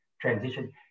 transition